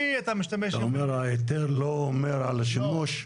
אתה אומר, ההיתר לא אומר על השימוש.